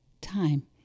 time